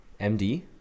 MD